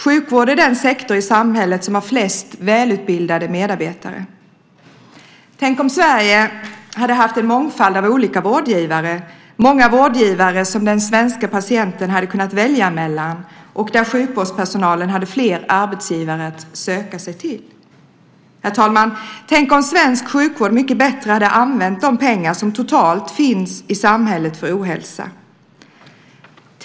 Sjukvård är den sektor i samhället som har flest välutbildade medarbetare. Tänk om Sverige hade haft en mångfald av olika vårdgivare, vårdgivare som den svenska patienten hade kunnat välja mellan, och där sjukvårdspersonalen hade haft fler arbetsgivare att söka sig till. Tänk om svensk sjukvård hade använt de pengar som totalt finns i samhället för ohälsa på ett mycket bättre sätt.